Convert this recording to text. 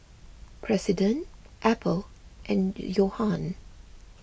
President Apple and Johan